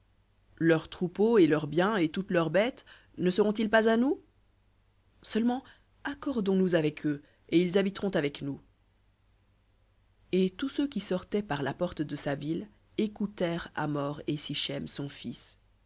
leurs troupeaux et leurs biens et toutes leurs bêtes ne seront-ils pas à nous seulement accordons-nous avec eux et ils habiteront avec nous et tous ceux qui sortaient par la porte de sa ville écoutèrent hamor et sichem son fils